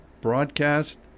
broadcast